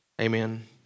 Amen